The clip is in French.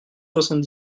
soixante